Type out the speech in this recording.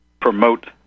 promote